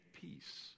peace